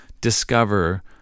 discover